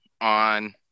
on